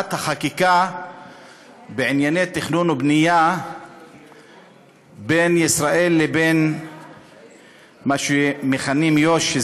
השוואת החקיקה בענייני תכנון ובנייה בין ישראל לבין מה שמכנים יו"ש,